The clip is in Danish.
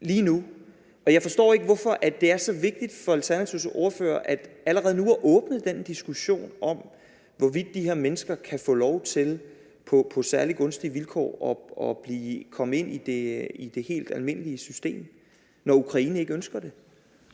lige nu. Og jeg forstår ikke, hvorfor det er så vigtigt for Alternativets ordfører allerede nu at åbne den diskussion om, hvorvidt de her mennesker kan få lov til, på særlig gunstige vilkår, at komme ind i det helt almindelige system, når Ukraine ikke ønsker det.